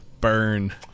burn